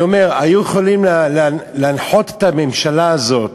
אני אומר: היו יכולים להנחות את הממשלה הזאת